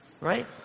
Right